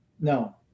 No